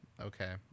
Okay